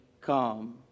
come